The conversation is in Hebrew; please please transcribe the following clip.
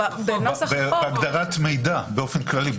בהגדרת "מידע" באופן כללי.